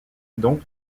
donc